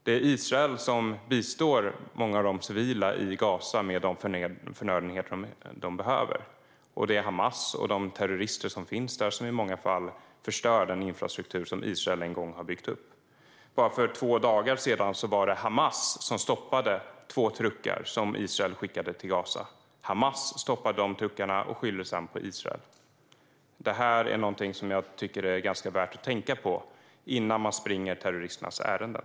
Det är Israel som bistår många av de civila i Gaza med de förnödenheter som de behöver, och det är Hamas och de terrorister som finns där som i många fall förstör den infrastruktur som Israel en gång har byggt upp. För bara två dagar sedan var det Hamas som stoppade två truckar som Israel skickade till Gaza. Hamas stoppade dessa truckar och skyllde sedan på Israel. Detta är någonting som jag tycker är värt att tänka på innan man springer terroristernas ärenden.